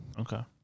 Okay